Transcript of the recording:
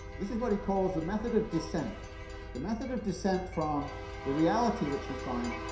this is what he calls the method of descent the method of descent from the reality which you find,